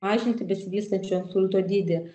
mažinti besivystančio insulto dydį